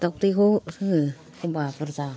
दावदैखौ जोङो एखम्बा बुरजा